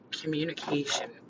communication